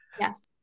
yes